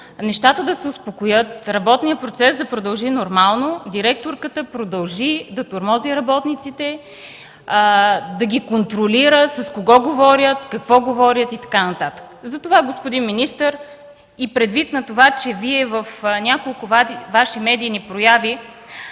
нещата да се успокоят, работният процес да продължи нормално, директорката продължи да тормози работниците, да ги контролира с кого говорят, какво говорят и така нататък. Затова, господин министър, и предвид това, че Вие в няколко Ваши медийни прояви